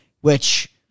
which-